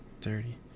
Thirty